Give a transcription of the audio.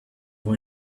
from